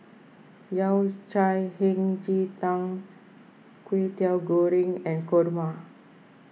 Yao Cai Hei Ji Tang Kway Teow Goreng and Kurma